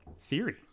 theory